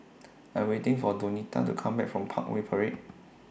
I Am waiting For Donita to Come Back from Parkway Parade